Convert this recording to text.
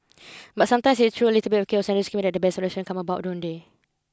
but sometimes it is through a little bit of chaos and that the best solution come about don't they